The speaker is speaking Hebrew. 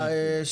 רגע,